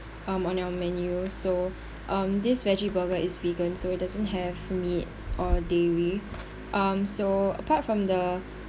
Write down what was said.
um on our menu so um this veggie burger is vegan so it doesn't have meat or dairy um so apart from the